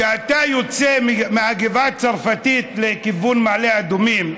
כשאתה יוצא מהגבעה הצרפתית לכיוון מעלה אדומים,